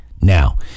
now